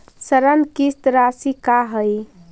ऋण किस्त रासि का हई?